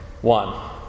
One